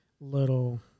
little